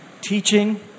teaching